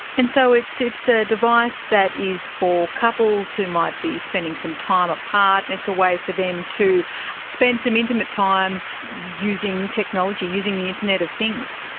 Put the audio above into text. and so it's it's a device that is for couples who might be spending some time apart, and it's away for them to spend some intimate time using technology, using the internet of things?